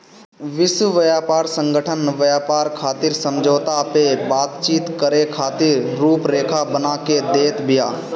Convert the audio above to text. विश्व व्यापार संगठन व्यापार खातिर समझौता पअ बातचीत करे खातिर रुपरेखा बना के देत बिया